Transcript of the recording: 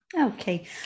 Okay